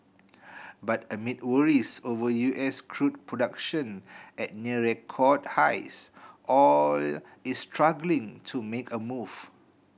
but amid worries over U S crude production at near record highs oil is struggling to make a move